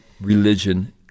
religion